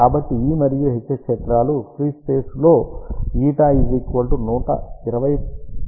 కాబట్టి E మరియు H క్షేత్రాలు ఫ్రీ స్పేస్ లో η 120 π ఫ్యాక్టర్ తో సంబంధం కలిగి ఉంటాయి